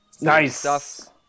Nice